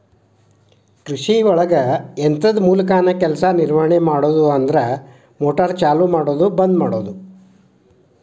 ಕೃಷಿಒಳಗ ಯಂತ್ರದ ಮೂಲಕಾನ ಕೆಲಸಾ ನಿರ್ವಹಣೆ ಮಾಡುದು ಅಂದ್ರ ಮೋಟಾರ್ ಚಲು ಮಾಡುದು ಬಂದ ಮಾಡುದು